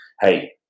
Hey